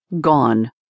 gone